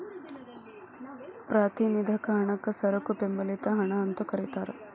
ಪ್ರಾತಿನಿಧಿಕ ಹಣಕ್ಕ ಸರಕು ಬೆಂಬಲಿತ ಹಣ ಅಂತೂ ಕರಿತಾರ